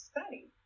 study